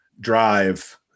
drive